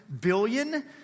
billion